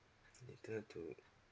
later to